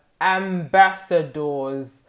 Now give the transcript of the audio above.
ambassadors